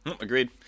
Agreed